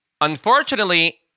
unfortunately